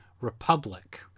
republic